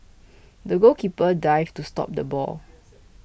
the goalkeeper dived to stop the ball